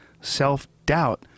self-doubt